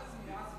עזמי.